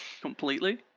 Completely